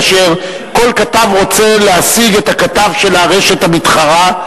כאשר כל כתב רוצה להשיג את הכתב של הרשת המתחרה,